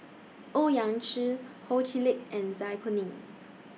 Owyang Chi Ho Chee Lick and Zai Kuning